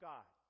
God